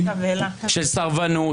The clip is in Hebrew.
של סרבנות,